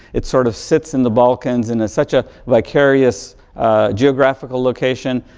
it sort of sits in the balkans in such a vicarious geographical location.